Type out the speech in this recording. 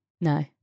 No